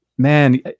Man